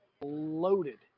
loaded